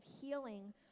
healing